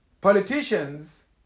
politicians